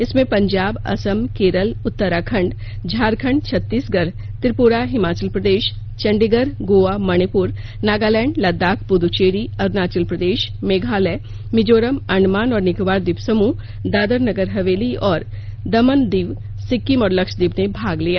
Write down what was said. इसमें पंजाब असम केरल उत्तराखंड झारखंड छत्तीसगढ़ त्रिपुरा हिमाचलप्रदेश चंडीगढ़ गोआ मणिपुर नागालैंड लद्दाख पुद्दचेरी अरुणाचल प्रदेश मेघालय मिजोरम अंडमान और निकोबार द्वीप समूह दादरानगर हवेली और दमन दीव सिक्किम और लक्षद्वीप ने भाग लिया